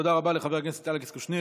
תודה רבה לחבר הכנסת אלכס קושניר,